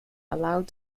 allowed